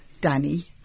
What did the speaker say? Danny